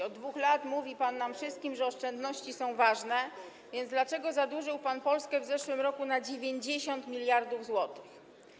Od 2 lat mówi pan nam wszystkim, że oszczędności są ważne, więc dlaczego zadłużył pan Polskę w zeszłym roku na 90 mld zł?